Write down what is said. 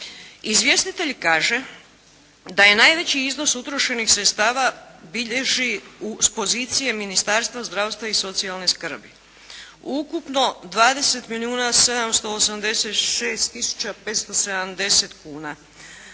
Izvjestitelj kaže da je najveći iznos utrošenih sredstava bilježi s pozicije Ministarstva zdravstva i socijalne skrbi. Ukupno 20 milijuna